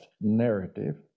narrative